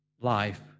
life